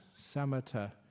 samatha